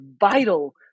vital